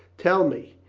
tell me,